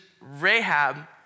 Rahab